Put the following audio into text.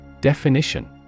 Definition